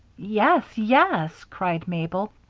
yes, yes! cried mabel.